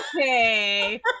okay